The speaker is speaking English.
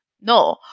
No